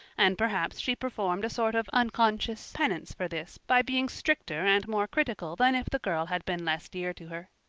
and perhaps she performed a sort of unconscious penance for this by being stricter and more critical than if the girl had been less dear to her.